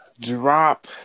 drop